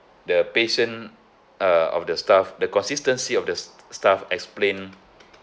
the patience uh of the staff the consistency of the s~ staff explain